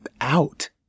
out